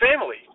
family